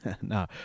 no